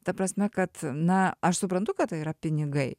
ta prasme kad na aš suprantu kad tai yra pinigai